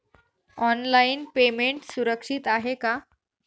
Online payment सुरक्षित आहे का?